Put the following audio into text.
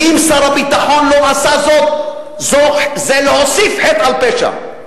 ואם שר הביטחון לא עשה זאת, זה להוסיף חטא על פשע.